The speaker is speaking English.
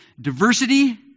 diversity